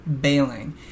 bailing